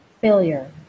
failure